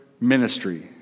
ministry